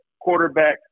quarterback